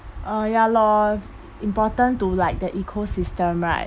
uh ya lor important to like the ecosystem right